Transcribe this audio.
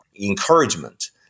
encouragement